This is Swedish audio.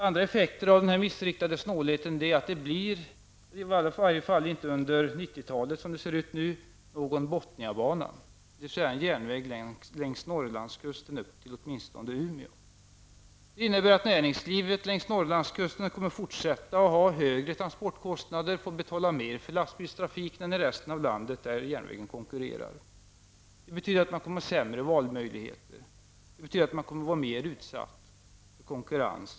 Andra effekter av denna missriktade snålhet är att det inte kommer att byggas någon Botniabana, dvs. en järnväg längs Norrlandskusten åtminstone upp till Umeå, i varje fall inte under 90-talet. Det innebär att näringslivet längs Norrlandskusten även fortsättningsvis kommer att ha högre transportkostnader och får betala mer för lastbilstrafiken än i resten av landet, där järnvägen konkurrerar. Det betyder att man kommer att ha sämre valmöjligheter och vara mer utsatt för konkurrens.